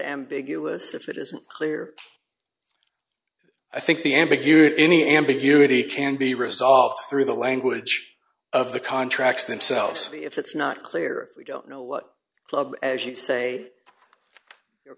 ambiguous if it isn't clear i think the ambiguity any ambiguity can be resolved through the language of the contracts themselves if it's not clear we don't know what club as you say your